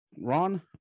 Ron